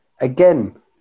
Again